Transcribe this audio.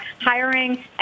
hiring